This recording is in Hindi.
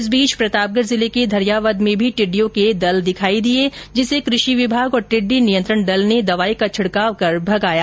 इस बीच प्रतापगढ जिले के धरिवावद में भी टिडि्डयों के दल दिखाई दिये जिसे कृषि विभाग और टिड्डी नियंत्रण दल ने दवाई का छिडकाव कर भगाया